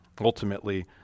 Ultimately